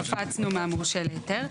קפצנו מהמורשה להיתר.